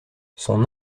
son